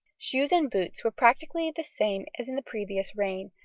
shoes and boots were practically the same as in the previous reign,